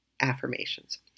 affirmations